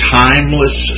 timeless